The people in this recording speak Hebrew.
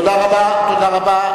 תודה רבה.